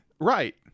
Right